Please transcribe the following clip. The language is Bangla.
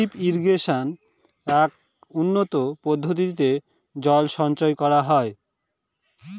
ড্রিপ ইরিগেশনে এক উন্নতম পদ্ধতিতে জল সঞ্চয় করা হয়